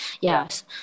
yes